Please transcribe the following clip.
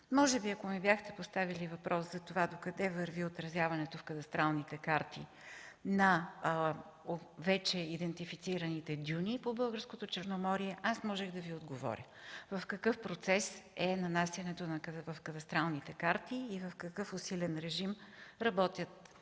може би ако ми бяхте поставили въпрос докъде върви отразяването в кадастралните карти на вече идентифицираните дюни по българското Черноморие, можех да Ви отговоря в какъв процес е нанасянето на кадастралните карти и в какъв усилен режим работят